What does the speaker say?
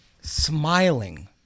smiling